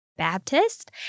Baptist